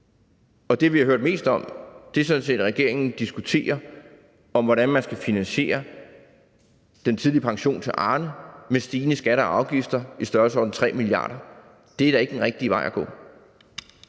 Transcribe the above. og det, vi har hørt mest om, er sådan set, at regeringen diskuterer om, hvordan man skal finansiere den tidlige pension til Arne med stigende skatter og afgifter i størrelsesordenen 3 mia. kr. Det er da ikke den rigtige vej at gå.